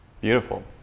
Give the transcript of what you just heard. beautiful